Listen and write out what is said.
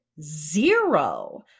zero